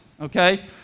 okay